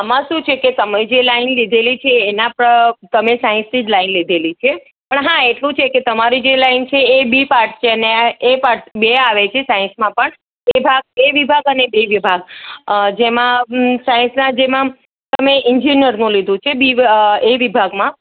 આમાં શું છે તમે જે લાઈન લીધેલી છે એના પર તમે સાયન્સની જ લાઈન લીધેલી છે પણ હા એટલું છે કે તમારી જે લાઈન છે બી પાર્ટ છે એ પાર્ટ બે આવે છે સાયન્સમાં પણ એ વિભાગ અને બી વિભાગ જેમાં સાયન્સમાં તમે સાયન્સમાં જેમાં એન્જિનિયરનું લીધું છે બી એ વિભાગમાં